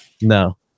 No